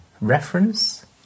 reference